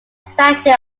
statue